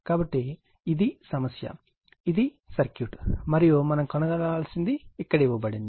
కాబట్టి ఇది సమస్య ఇది సర్క్యూట్ ఇది సర్క్యూట్ మరియు మనం కనుగొనాల్సింది ఇక్కడ ఇవ్వబడింది